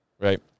Right